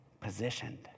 positioned